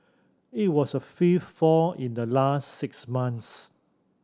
it was a fifth fall in the last six months